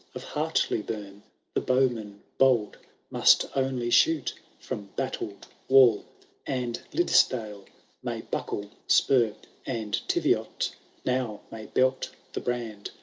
of hartley-bum the bowmen bold must only shoot from battled wall and liddesdale may buckle spur. and teviot now may belt the biand.